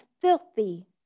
filthy